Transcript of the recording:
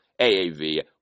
AAV